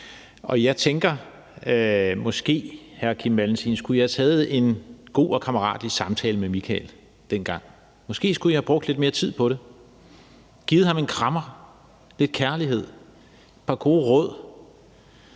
Jeg tænker måske, hr. Kim Valentin, at I skulle have taget en god og kammeratlig samtale med Michael dengang. Måske skulle I have brugt lidt mere tid på det og givet ham en krammer, lidt kærlighed og et par gode råd